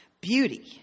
beauty